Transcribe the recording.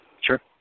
Sure